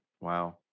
Wow